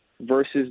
versus